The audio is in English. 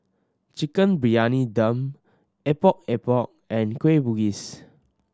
Chicken Briyani Dum Epok Epok and Kueh Bugis